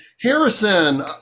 Harrison